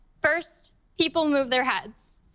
first, people move their heads.